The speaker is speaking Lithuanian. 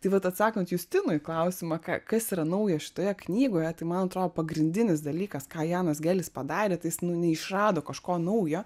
tai vat atsakant justinui klausimą ką kas yra nauja šitoje knygoje tai man atrodo pagrindinis dalykas ką janas gelis padarė tai jis nu neišrado kažko naujo